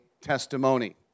testimony